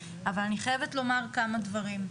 אבל אני חייבת לומר כמה דברים.